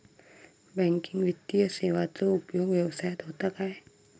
Banking वित्तीय सेवाचो उपयोग व्यवसायात होता काय?